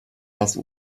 das